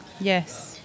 Yes